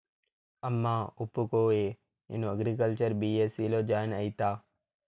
అమ్మా ఒప్పుకోయే, నేను అగ్రికల్చర్ బీ.ఎస్.సీ లో జాయిన్ అయితా